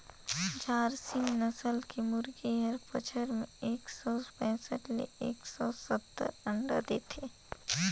झारसीम नसल के मुरगी हर बच्छर में एक सौ पैसठ ले एक सौ सत्तर अंडा देथे